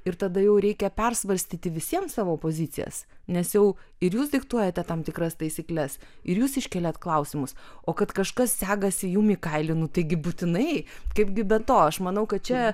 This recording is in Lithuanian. ir tada jau reikia persvarstyti visiems savo pozicijas nes jau ir jūs diktuojate tam tikras taisykles ir jūs iškeliat klausimus o kad kažkas segasi jų mikailį nu taigi būtinai kaipgi be to aš manau kad čia